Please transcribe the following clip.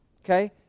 Okay